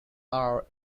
are